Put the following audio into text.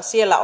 siellä